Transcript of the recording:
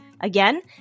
Again